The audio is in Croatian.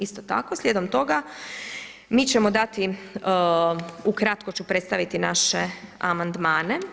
Isto tako slijedom toga mi ćemo dati ukratko ću predstaviti naše amandmane.